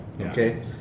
Okay